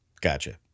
Gotcha